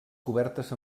cobertes